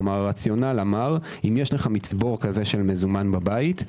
כלומר הרציונל אמר: אם יש לך מצבור כזה של מזומן בבית,